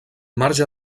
marge